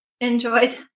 enjoyed